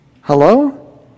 Hello